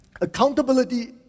Accountability